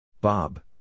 Bob